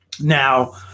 Now